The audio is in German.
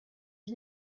ich